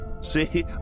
See